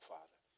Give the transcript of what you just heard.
Father